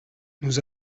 nous